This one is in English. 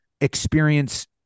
experience